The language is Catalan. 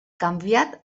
canviat